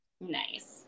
Nice